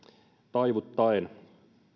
taivuttaen